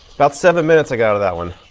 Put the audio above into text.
about seven minutes i got out of that one.